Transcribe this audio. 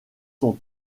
sont